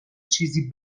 چیزی